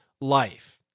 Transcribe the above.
life